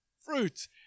fruit